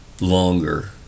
longer